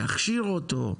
להכשיר אותו,